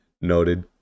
Noted